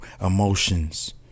emotions